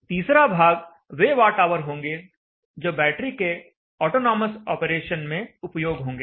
तीसरा भाग वे वाट ऑवर होंगे जो बैटरी के ऑटोनोमस ऑपरेशन में उपयोग होंगे